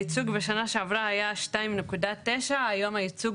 הייצוג בשנה שעברה היה 2.9. היום הייצוג